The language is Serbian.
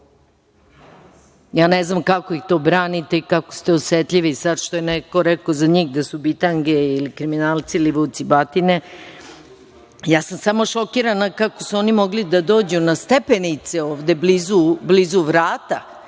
Ja ne znam kako ih to branite i kako ste osetljivi sad što je neko rekao za njih da su bitange, kriminalci ili vucibatine? Ja sam samo šokirana kako su oni mogli da dođu na stepenice ovde, blizu vrata,